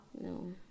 No